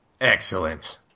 Excellent